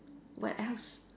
what else